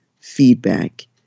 feedback